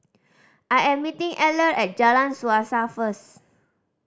I am meeting Eller at Jalan Suasa first